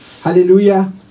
hallelujah